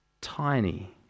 Tiny